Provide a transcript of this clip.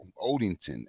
Odington